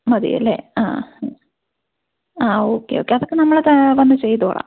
മതി അല്ലേ ആ ആ ഓക്കെ ഓക്കെ അതൊക്കെ നമ്മൾ അത് വന്ന് ചെയ്തോളാം